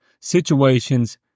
situations